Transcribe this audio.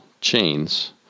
Chains